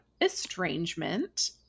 estrangement